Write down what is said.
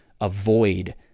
avoid